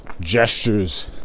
gestures